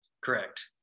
Correct